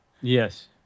Yes